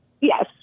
Yes